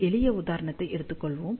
ஒரு எளிய உதாரணத்தை எடுத்துக் கொள்வோம்